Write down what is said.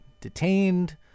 detained